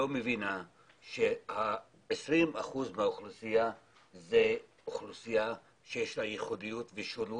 מבינה ש-20% מהאוכלוסייה היא אוכלוסייה שיש לה ייחודיות ושונות,